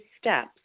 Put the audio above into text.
steps